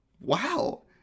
wow